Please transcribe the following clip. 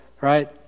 right